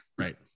right